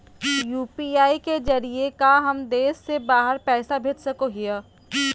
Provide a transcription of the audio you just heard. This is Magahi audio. यू.पी.आई के जरिए का हम देश से बाहर पैसा भेज सको हियय?